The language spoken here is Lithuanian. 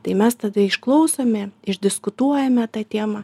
tai mes tada išklausome išdiskutuojame tą temą